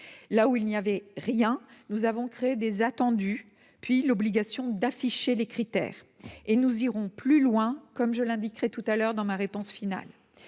là où il n'y avait rien, nous avons créé des attendue, puis l'obligation d'afficher les critères et nous irons plus loin comme je l'indiquerai tout à l'heure dans ma réponse finale